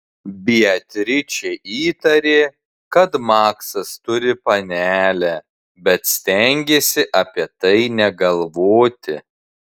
beatričė įtarė kad maksas turi panelę bet stengėsi apie tai negalvoti